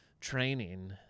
training